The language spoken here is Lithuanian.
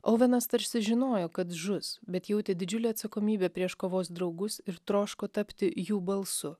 auvenas tarsi žinojo kad žus bet jautė didžiulę atsakomybę prieš kovos draugus ir troško tapti jų balsu